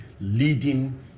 leading